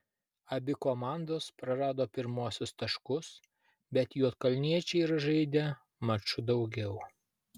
abi komandos prarado pirmuosius taškus bet juodkalniečiai yra žaidę maču daugiau